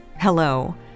hello